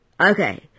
okay